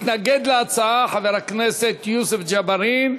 מתנגד להצעה חבר הכנסת יוסף ג'בארין,